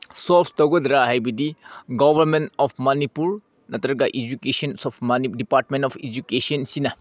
solve ꯇꯧꯒꯗ꯭ꯔꯥ ꯍꯥꯏꯕꯗꯤ government of Manipur ꯅꯠꯇ꯭ꯔꯒ educations of department of education ꯁꯤꯅ